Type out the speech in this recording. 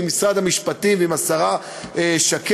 עם משרד המשפטים ועם השרה שקד,